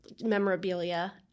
memorabilia